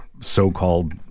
so-called